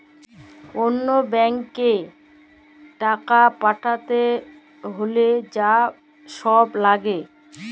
অল্য ব্যাংকে টাকা পাঠ্যাতে হ্যলে যা ছব ল্যাগে